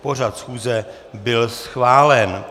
Pořad schůze byl schválen.